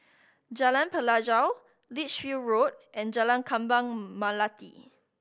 Jalan Pelajau Lichfield Road and Jalan Kembang Melati